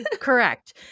Correct